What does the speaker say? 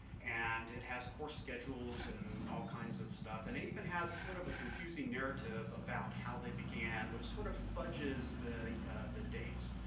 and it has course schedules and all kinds of stuff, and it even has sort of a confusing narrative about how they began, which sort of fudges the the dates.